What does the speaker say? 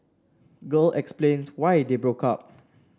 girl explains why they broke up